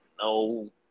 no